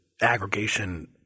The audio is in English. aggregation